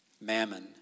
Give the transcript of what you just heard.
Mammon